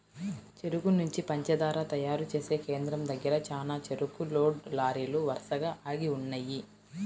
చెరుకు నుంచి పంచదార తయారు చేసే కేంద్రం దగ్గర చానా చెరుకు లోడ్ లారీలు వరసగా ఆగి ఉన్నయ్యి